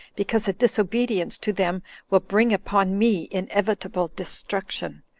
because a disobedience to them will bring upon me inevitable destruction.